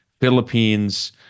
Philippines